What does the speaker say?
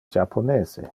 japonese